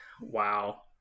Wow